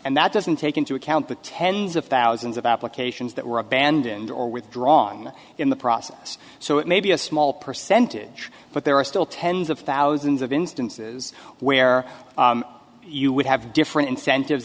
and that doesn't take into account the tens of thousands of applications that were abandoned or withdrawn in the process so it may be a small percentage but there are still tens of thousands of instances where you would have different incentives